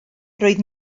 roedd